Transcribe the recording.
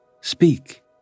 Speak